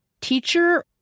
teacher